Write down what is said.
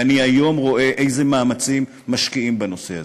והיום אני רואה איזה מאמצים משקיעים בנושא הזה.